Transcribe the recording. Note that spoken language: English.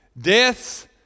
Death's